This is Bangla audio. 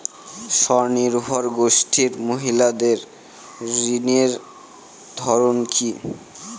স্বনির্ভর গোষ্ঠীর মহিলাদের ঋণের ধরন কি?